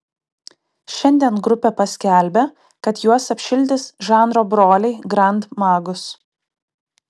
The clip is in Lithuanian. šiandien grupė paskelbė kad juos apšildys žanro broliai grand magus